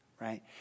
right